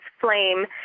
Flame